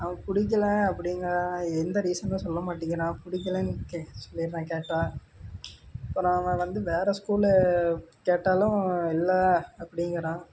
அவன் பிடிக்கல அப்படிங்கிறான் எந்த ரீசனும் சொல்ல மாட்டேங்கிறான் பிடிக்கலன்னு சொல்லிடுறான் கேட்டால் அப்புறம் அவன் வந்து வேற ஸ்கூலு கேட்டாலும் இல்லை அப்படிங்கிறான்